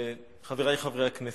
חברי חברי הכנסת,